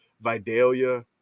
Vidalia